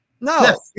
No